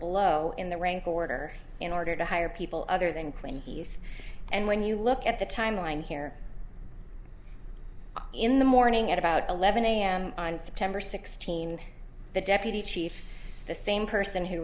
below in the rank order in order to hire people other than clean and when you look at the timeline here in the morning at about eleven am on september sixteenth the deputy chief the same person